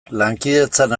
lankidetzan